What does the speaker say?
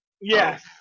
Yes